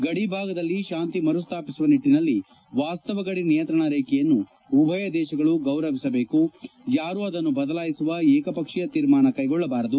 ಗಡಿಭಾಗದಲ್ಲಿ ಶಾಂತಿ ಮರುಸ್ಥಾಪಿಸುವ ನಿಟ್ಟನಲ್ಲಿ ವಾಸ್ತವ ಗಡಿ ನಿಯಂತ್ರಣ ರೇಖೆಯನ್ನು ಉಭಯ ದೇಶಗಳು ಗೌರವಿಸಬೇಕು ಯಾರೂ ಅದನ್ನು ಬದಲಾಯಿಸುವ ಏಕಪಕ್ಷೀಯ ತೀರ್ಮಾನ ಕ್ಲೆಗೊಳ್ಳಬಾರದು